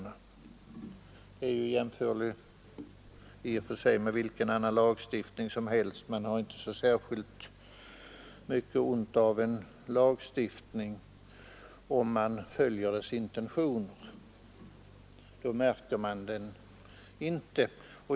Man kan jämföra med vilken annan lagstiftning som helst; ingen har särskilt ont av en lagstiftning, om dess intentioner följs. Då märks den inte.